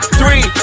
three